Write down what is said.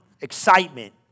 Excitement